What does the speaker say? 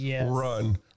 run